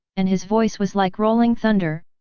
and his voice was like rolling thunder,